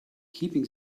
keeping